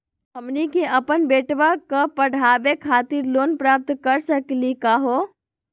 हमनी के अपन बेटवा क पढावे खातिर लोन प्राप्त कर सकली का हो?